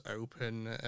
open